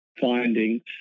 findings